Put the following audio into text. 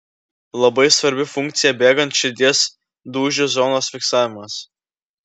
labai svarbi funkcija bėgant širdies dūžių zonos fiksavimas